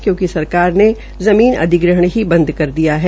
कंयूकि सरकार ने ज़मीन अधिग्रहण बंद कर दिया है